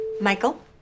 Michael